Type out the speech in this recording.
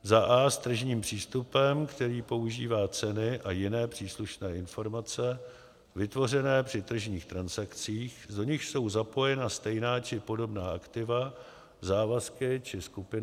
a) s tržním přístupem, který používá ceny a jiné příslušné informace vytvořené při tržních transakcích, v nichž jsou zapojena stejná či podobná aktiva, závazky či skupiny aktiv a závazků.